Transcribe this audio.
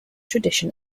tradition